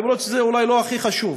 למרות שזה אולי לא הכי חשוב.